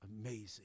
amazing